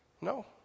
No